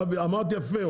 אמרת יפה,